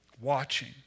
watching